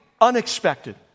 unexpected